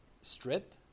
strip